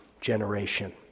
generation